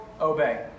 obey